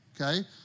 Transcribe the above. okay